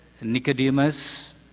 Nicodemus